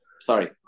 Sorry